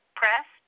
press